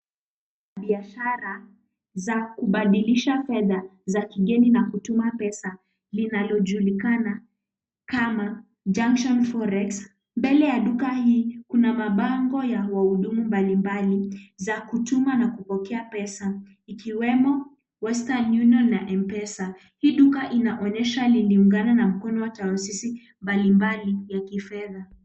Biashara za kubadilisha fedha za kigeni na kutuma pesa linalojukina kama Junction Forex . Mbele ya duka hii kuna mabango ya wahudumu mbalimbali za kutuma na kupokea pesa ikiwemo Western Union na M-Pesa. Hii duka inaonyesha liliungana mkono taasisi mbalimbali ya kifedha.